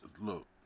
Look